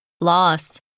Loss